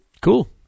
Cool